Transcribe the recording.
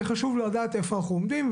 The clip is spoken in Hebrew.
זה חשוב לדעת איפה אנחנו עומדים,